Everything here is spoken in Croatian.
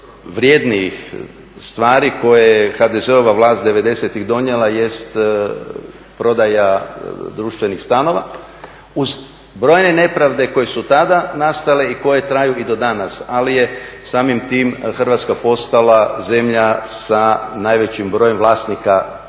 najvrjednijih stvari koje je HDZ-ova vlast '90.-ih donijela jest prodaja društvenih stanova, uz brojne nepravde koje su tada nastale i koje traju i do danas, ali je samim tim Hrvatska postala zemlja sa najvećim brojem vlasnika nekretnina